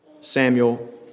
Samuel